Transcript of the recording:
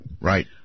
Right